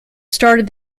started